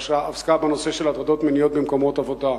שעסקה בנושא של הטרדות מיניות במקומות עבודה.